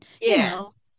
Yes